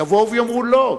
יבואו ויאמרו: לא.